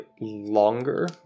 longer